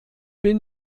bin